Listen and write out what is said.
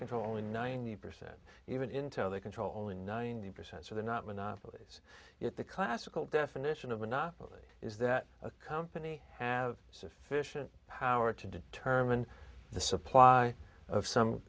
controlling ninety percent even intel they're controlling ninety percent so they're not monopolies yet the classical definition of monopoly is that a company sufficient power to determine the supply of some